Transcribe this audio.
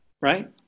right